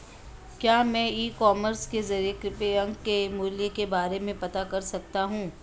क्या मैं e commerce के ज़रिए कृषि यंत्र के मूल्य के बारे में पता कर सकता हूँ?